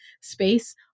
space